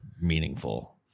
meaningful